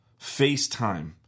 FaceTime